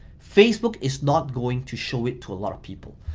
facebook is not going to show it to a lot of people.